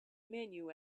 menu